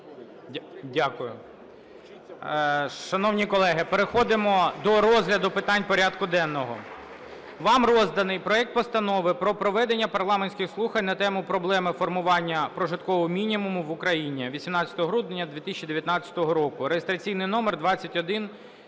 Дякую. Шановні колеги! Переходимо до розгляду питань порядку денного. Вам розданий проект Постанови про проведення парламентських слухань на тему: "Проблеми формування прожиткового мінімуму в Україні" (18 грудня 2019 року) (реєстраційний номер 2167).